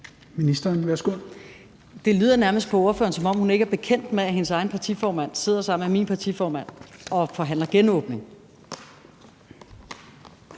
Det lyder nærmest på ordføreren, som om hun ikke er bekendt med, at hendes egen partiformand sidder sammen med min partiformand og forhandler genåbning.